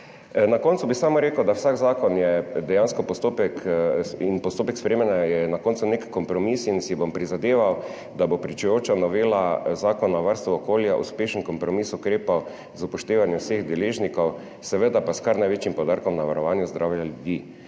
Na koncu bi samo rekel, da je postopek sprejemanja vsakega zakona na koncu nek kompromis in si bom prizadeval, da bo pričujoča novela Zakona o varstvu okolja uspešen kompromis ukrepov z upoštevanjem vseh deležnikov, seveda pa s kar največjim poudarkom na varovanju zdravja ljudi.